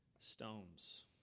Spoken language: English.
stones